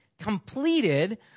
completed